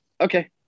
okay